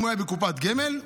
אם הוא בקופת גמל,